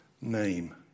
name